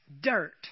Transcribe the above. dirt